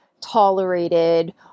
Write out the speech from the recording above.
tolerated